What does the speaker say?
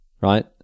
right